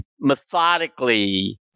methodically